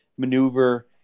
maneuver